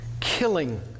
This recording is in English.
Killing